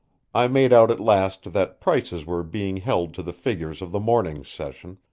i made out at last that prices were being held to the figures of the morning's session,